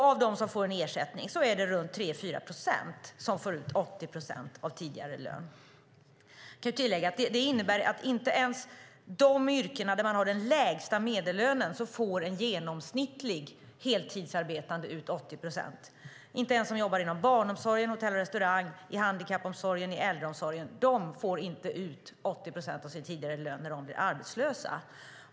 Av dem som får ersättning är det runt 3-4 procent som får ut 80 procent av sin tidigare lön. Jag kan tillägga att det innebär att inte ens inom de yrken som har den lägsta medellönen får en genomsnittlig heltidsarbetande ut 80 procent. Inte ens de som jobbar inom barnomsorgen, hotell och restaurang, handikappomsorgen och äldreomsorgen får ut 80 procent av sin tidigare lön när de blir arbetslösa.